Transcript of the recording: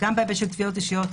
גם בהיבט של תביעות אישיות,